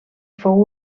fou